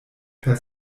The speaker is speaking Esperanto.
per